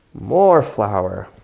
more flour.